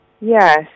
Yes